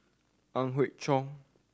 Ang Hiong Chiok